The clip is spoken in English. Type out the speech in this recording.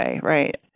right